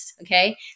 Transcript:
okay